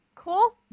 Cool